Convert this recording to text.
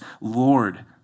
Lord